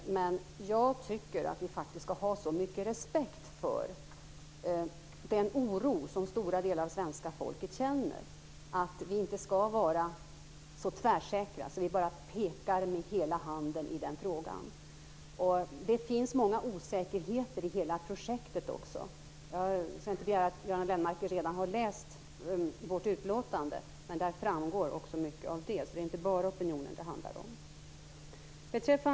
Men jag tycker att vi faktiskt skall ha så mycket respekt för den oro som stora delar av svenska folket känner att vi inte skall vara så tvärsäkra att vi pekar med hela handen. Det finns många osäkerheter i hela projektet. Jag skall inte begära att Göran Lennmarker redan har läst vårt utlåtande, men där framgår mycket av det. Det är inte bara opinion det handlar om.